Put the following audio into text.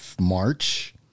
March